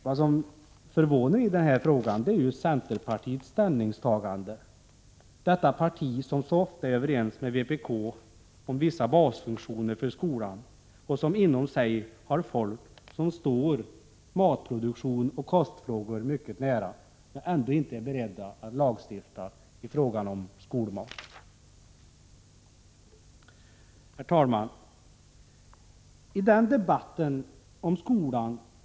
Vad som förvånar i denna fråga är centerpartiets ställningstagande — detta parti som så ofta är överens med vpk om vissa basfunktioner för skolan och som inom sig har folk som står matproduktion och kostfrågor mycket nära. Ändå är man inte beredd att föreslå lagstiftning i fråga om skolmaten. Herr talman!